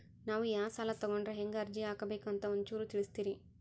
ನಾವು ಯಾ ಸಾಲ ತೊಗೊಂಡ್ರ ಹೆಂಗ ಅರ್ಜಿ ಹಾಕಬೇಕು ಅಂತ ಒಂಚೂರು ತಿಳಿಸ್ತೀರಿ?